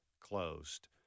closed